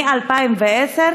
מ-2010,